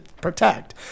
protect